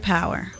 Power